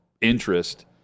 interest